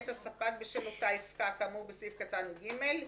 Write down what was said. "בשל אותה עסקה כאמור בסעיף קטן (ג),